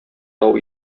тау